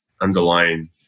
underlying